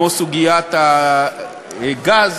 כמו סוגיית הגז,